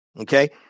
Okay